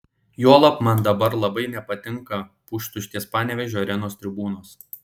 juolab man dabar labai nepatinka pustuštės panevėžio arenos tribūnos